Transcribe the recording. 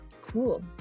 cool